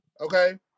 Okay